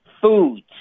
Foods